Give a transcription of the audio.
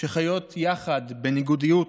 שחיות יחד בניגודיות,